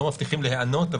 אנחנו לא מבטיחים להיענות,